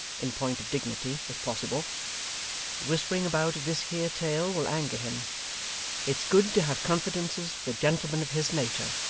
in point of dignity, as possible the whispering about of this here tale will anger him it's good to have confidences with a gentleman of his natur',